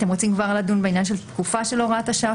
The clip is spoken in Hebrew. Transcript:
אתם רוצים כבר לדון בעניין תקופה של הוראת השעה?